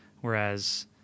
whereas